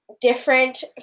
different